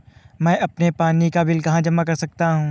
मैं अपने पानी का बिल कहाँ जमा कर सकता हूँ?